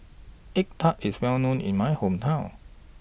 Egg Tart IS Well known in My Hometown